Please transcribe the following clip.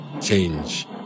change